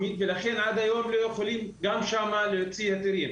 לכן, עד היום גם שם לא יכולים להוציא היתרים.